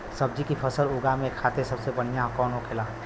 सब्जी की फसल उगा में खाते सबसे बढ़ियां कौन होखेला?